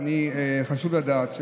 וחשוב לדעת,